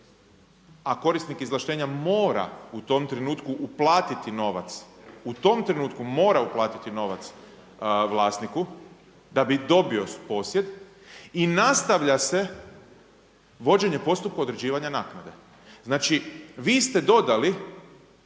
a korisnik izvlaštenja mora u tom trenutku uplatiti novac, u tom trenutku mora uplatiti novac vlasniku da bi dobio posjed i nastavlja se vođenje postupka određivanja naknade. Znači vi ste dodali